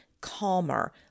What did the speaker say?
calmer